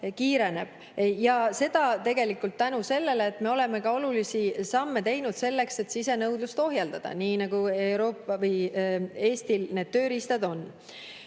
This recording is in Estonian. ja seda tegelikult tänu sellele, et me oleme olulisi samme teinud selleks, et sisenõudlust ohjeldada, nii nagu Eestil need tööriistad